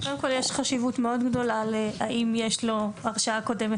קודם כל יש חשיבות מאוד גדולה להאם יש לו הרשעה קודמת